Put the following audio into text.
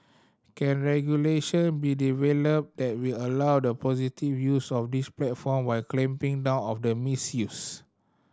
can regulation be developed that will allow the positive use of these platform while clamping down on the misuse